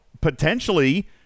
potentially